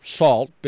salt